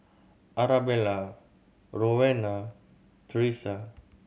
Arabella Rowena Theresa